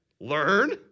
learn